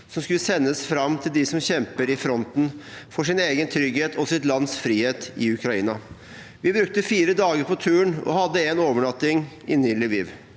som skulle sendes fram til de som kjemper i fronten for sin egen trygghet og sitt lands frihet i Ukraina. Vi brukte fire dager på turen og hadde en overnatting inne i Lviv.